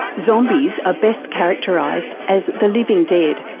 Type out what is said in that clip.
zombies are best characterised as the living dead,